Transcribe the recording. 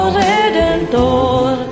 redentor